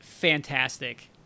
fantastic